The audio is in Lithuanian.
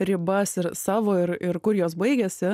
ribas ir savo ir ir kur jos baigiasi